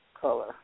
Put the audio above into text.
color